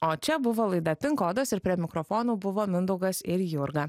o čia buvo laida pin kodas ir prie mikrofonų buvo mindaugas ir jurga